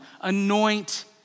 anoint